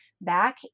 back